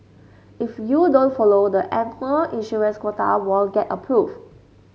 if you don't follow the annual issuance quota won't get approved